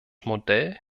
modell